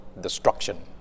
destruction